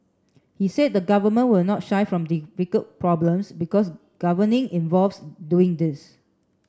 he said the government will not shy from difficult problems because governing involves doing these